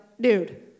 dude